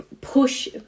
push